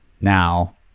now